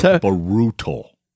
brutal